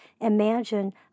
imagine